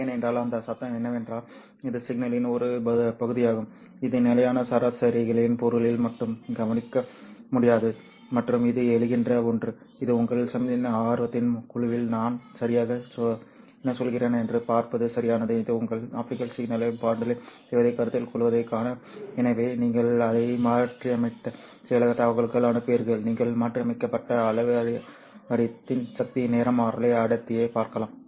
ஏனென்றால் அந்த சத்தம் என்னவென்றால் இது சிக்னலின் ஒரு பகுதியாகும் இது நிலையான சராசரிகளின் பொருளில் மட்டுமே கணிக்க முடியாதது மற்றும் இது எழுதுகின்ற ஒன்று இது உங்கள் சமிக்ஞை ஆர்வத்தின் குழுவில் நான் சரியாக என்ன சொல்கிறேன் என்று பார்ப்பது சரியானது இது உங்கள் ஆப்டிகல் சிக்னலை மாடுலேட் செய்வதைக் கருத்தில் கொள்வதைக் காண எனவே நீங்கள் அதை மாற்றியமைத்த சில தகவல்களை அனுப்புகிறீர்கள் நீங்கள் மாற்றியமைக்கப்பட்ட அலைவடிவத்தின் சக்தி நிறமாலை அடர்த்தியைப் பார்க்கலாம்